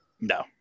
No